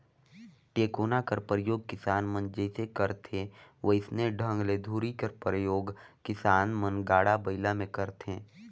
टेकोना कर परियोग किसान मन जइसे करथे वइसने ढंग ले धूरी कर परियोग किसान मन गाड़ा बइला मे करथे